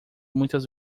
muitas